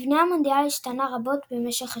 מבנה המונדיאל השתנה רבות במשך השנים.